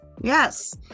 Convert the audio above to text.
Yes